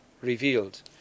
revealed